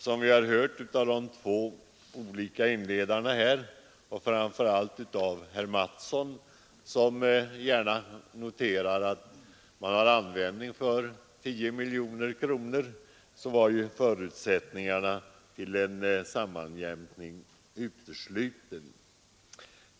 Som vi hört av de olika inledarna, framför allt av herr Mattsson i Lane-Herrestad som gärna noterar att man har användning för 10 miljoner kronor, var ju förutsättningarna för en sammanjämkning uteslutna.